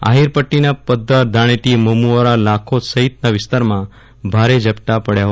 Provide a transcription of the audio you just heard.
આહિર પદ્દીના પધ્ધર ધાણેટી મમુઆરા લાખોંદ સહિતના વિસ્તારમાં ભારે ઝાપટાં પડ્યાં હતા